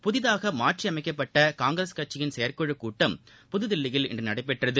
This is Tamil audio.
புதிதாக மாற்றியமைக்கப்பட்ட காங்கிரஸ் கட்சியின் செயற்குழு கூட்டம் புதுதில்லியில் இன்று நடைபெற்றது